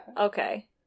Okay